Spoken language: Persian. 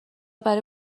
برای